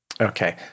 Okay